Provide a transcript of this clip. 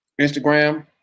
Instagram